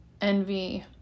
envy